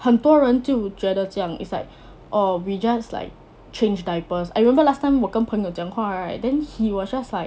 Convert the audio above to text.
很人就觉得这样 is like orh we just like change diapers I remember last time 我跟朋友讲话 right then he was just like